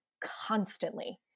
constantly